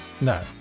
no